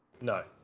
No